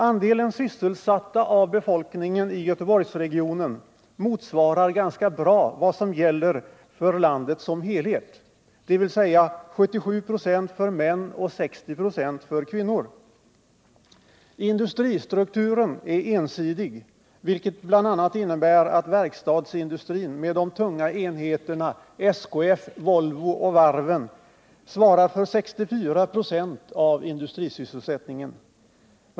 Andelen sysselsatta av befolkningen i Göteborgsregionen motsvarar ganska bra vad som gäller för landet som helhet, dvs. 77 96 för män och 60 96 för kvinnor. Industristrukturen är ensidig, vilket bl.a. innebär att verkstadsindustrin med de tunga enheterna SKF, Volvo och varven svarar för 64 96 av industrisysselsättningen.